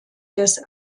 des